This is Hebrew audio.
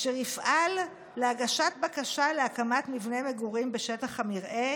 וזה יפעל להגשת בקשה להקמת מבנה מגורים בשטח המרעה